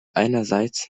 einerseits